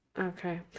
Okay